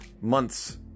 months